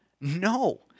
No